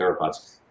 theropods